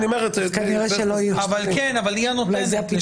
היא הנותנת.